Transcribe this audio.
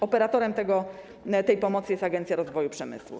Operatorem tej pomocy jest Agencja Rozwoju Przemysłu.